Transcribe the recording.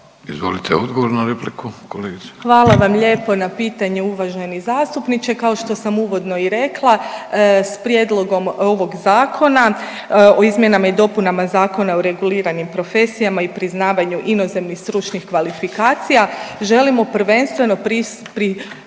Izvolite odgovor na repliku kolegice. **Mađerić, Margareta (HDZ)** Hvala vam lijepo na pitanju uvaženi zastupniče. Kao što sam uvodno i rekla, s prijedlogom ovog zakona o izmjenama i dopunama Zakona o reguliranim profesijama i priznavanju inozemnih stručnih kvalifikacija želimo prvenstveno postići